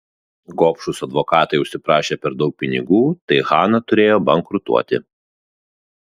gobšūs advokatai užsiprašė per daug pinigų tai hana turėjo bankrutuoti